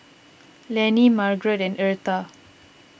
Lannie Margrett and Eartha